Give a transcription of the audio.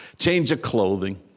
change of clothing.